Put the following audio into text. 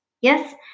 Yes